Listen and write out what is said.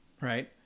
right